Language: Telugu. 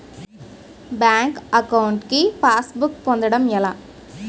బ్యాంక్ అకౌంట్ కి పాస్ బుక్ పొందడం ఎలా?